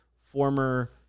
former